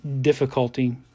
difficulty